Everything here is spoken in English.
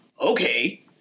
okay